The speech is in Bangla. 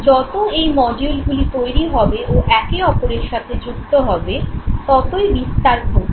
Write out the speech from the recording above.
যত এই মডিউলগুলি তৈরি হবে ও একে অপরের সাথে যুক্ত হবে ততই বিস্তার ঘটবে